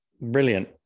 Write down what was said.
brilliant